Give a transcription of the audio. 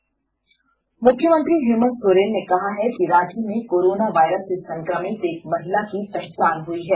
मुख्यमंत्री मुख्यमंत्री हेमन्त सोरेन ने कहा है कि रांची में कोरोना वायरस से संक्रमित एक महिला की पहचान हुई है